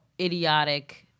idiotic